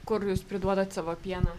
kur jūs priduodat savo pieną